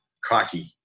cocky